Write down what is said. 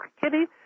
Kitty